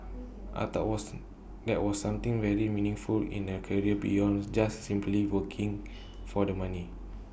I thought was that was something very meaningful in A career beyond just simply working for the money